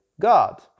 God